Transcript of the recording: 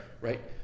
right